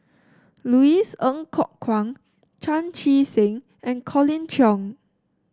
Louis Ng Kok Kwang Chan Chee Seng and Colin Cheong